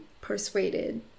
persuaded